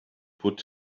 put